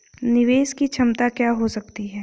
निवेश की क्षमता क्या हो सकती है?